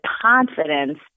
confidence